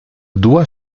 doit